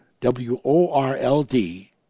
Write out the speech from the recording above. W-O-R-L-D